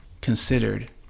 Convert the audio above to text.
considered